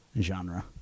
genre